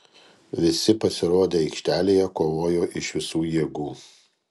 visi pasirodę aikštelėje kovojo iš visų jėgų